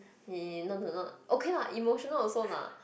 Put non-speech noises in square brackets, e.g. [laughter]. [noise] not not not okay lah emotional also lah